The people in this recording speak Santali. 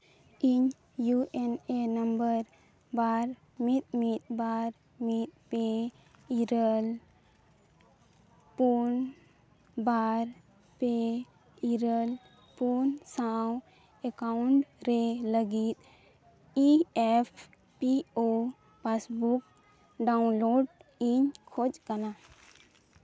ᱤᱧ ᱤᱭᱩ ᱮ ᱮᱱ ᱱᱚᱢᱵᱟᱨ ᱵᱟᱨ ᱢᱤᱫ ᱢᱤᱫ ᱵᱟᱨ ᱢᱤᱫ ᱯᱮ ᱤᱨᱟᱹᱞ ᱯᱩᱱ ᱵᱟᱨ ᱯᱮ ᱤᱨᱟᱹᱞ ᱯᱩᱱ ᱥᱟᱶ ᱮᱠᱟᱣᱩᱱᱴ ᱨᱮ ᱞᱟᱹᱜᱤᱫ E F P O passbook download ᱤᱧ ᱠᱷᱚᱡᱽ ᱠᱟᱱᱟ